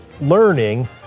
learning